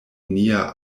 nia